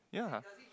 ya